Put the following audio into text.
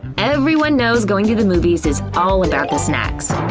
everyone knows going to the movies is all about the snacks.